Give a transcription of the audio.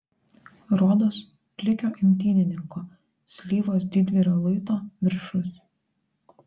rodos plikio imtynininko slyvos didvyrio luito viršus